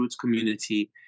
community